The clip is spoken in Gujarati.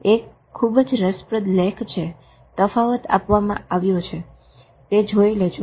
એક ખુબ જ રસપ્રદ લેખ છે તફાવત આપવમાં આવ્યો છે તે જોઈ લેજો